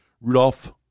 Rudolph